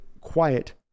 quiet